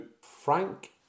Frank